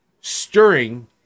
stirring